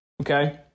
Okay